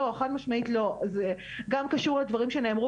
לא! חד משמעית לא! זה גם קשור לדברים שנאמרו